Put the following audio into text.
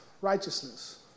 righteousness